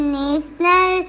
national